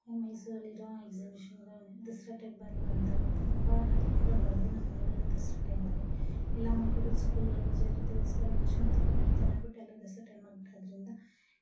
ಮೈಸೂರಲ್ಲಿರೋ ಎಕ್ಸಿಬಿಷನ್ಗೋ ದಸರಾ ಟೈಮ್ ಬಂದು ಬಂದಾಗಂತೂ ತುಂಬ ಅಥಿತಿಗಳು ಬರೋದೆ ನಮ್ಮ ಮನೆಗಳಿಗೆ ದಸರಾ ಟೈಮಲ್ಲಿ ಎಲ್ಲ ಮಕ್ಳಿಗೂ ಸ್ಕೂಲ್ಗಳ್ಗೆ ರಜಾ ಇರುತ್ತೆ ದಸರಾ ವೆಕೇಷನ್ ಅಂತ ಕೊಟ್ಟಿರ್ತಾರೆ ಅಂದ್ಬಿಟ್ಟು ಎಲ್ಲ ದಸರಾ ಟೈಮಲ್ಲಿ ಬರೋದರಿಂದ